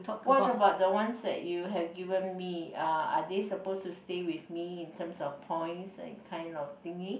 what about the ones that you have given me uh are they suppose to stay with me in terms of points that kind of thingy